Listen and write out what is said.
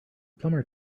plumber